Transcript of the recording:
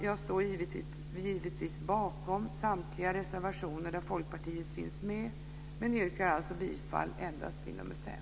Jag står givetvis bakom samtliga reservationer där Folkpartiet finns med men yrkar bifall endast till nr 5.